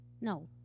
No